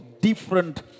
different